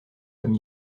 comme